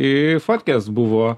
į fotkes buvo